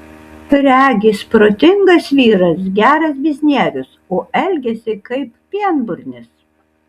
regis protingas vyras geras biznierius o elgiasi kaip pienburnis